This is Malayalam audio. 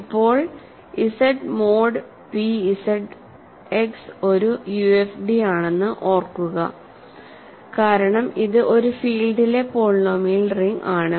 ഇപ്പോൾ Z മോഡ് p ZX ഒരു യുഎഫ്ഡിയാണെന്ന് ഓർക്കുക കാരണം ഇത് ഒരു ഫീൽഡിലെ പോളിനോമിയൽ റിംഗ് ആണ്